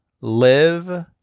live